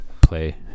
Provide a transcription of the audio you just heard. Play